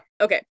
Okay